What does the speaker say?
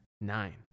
Nine